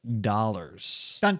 dollars